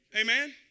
Amen